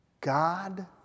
God